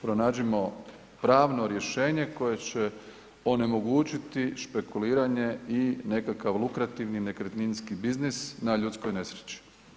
Pronađimo pravno rješenje koje će onemogućiti špekuliranje i nekakav lukrativni nekretninski biznis na ljudskoj nesreći.